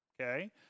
Okay